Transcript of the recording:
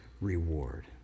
reward